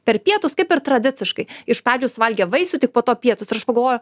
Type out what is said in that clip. per pietus kaip ir tradiciškai iš pradžių suvalgę vaisių tik po to pietus ir aš pagalvoju